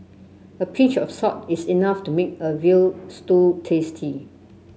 a pinch of salt is enough to make a veal stew tasty